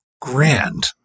grand